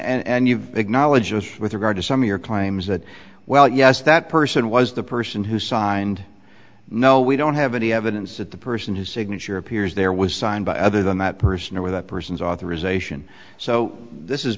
acknowledge us with regard to some of your claims that well yes that person was the person who signed no we don't have any evidence that the person whose signature appears there was signed by other than that person or with that person's authorization so this is